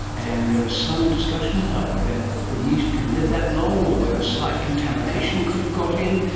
and there is some discussion about whether the yeast can live that long or whether slight contamination could have got in.